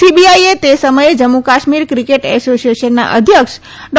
સીબીઆઇએ તે સમયે જમ્મુ કાશ્મીર ક્રિકેટ એસોશીયેશનના અધ્યક્ષ ડા